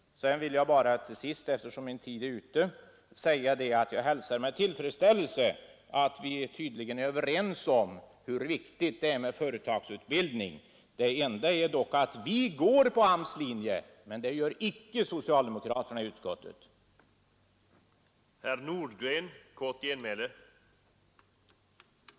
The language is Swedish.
Till sist vill jag, eftersom min repliktid är ute, säga att jag med tillfredsställelse hälsar att vi tydligen är överens om hur viktigt det är med företagsutbildning. En skillnad är dock att vi går på AMS:s linje, vilket socialdemokraterna i utskottet icke gör.